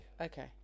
okay